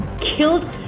killed